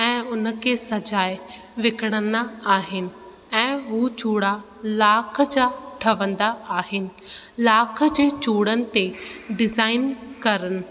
ऐं उन खे सजाए विकिणंदा आहिनि ऐं हू चूड़ा लाख जा ठहंदा आहिनि लाख जे चूड़नि ते डिज़ाईन करणु